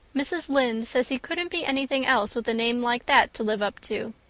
mrs. lynde says he couldn't be anything else with a name like that to live up to.